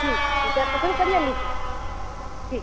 ठीक है ठीक है आप पसंद करिए और लीजिए ठीक है